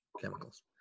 chemicals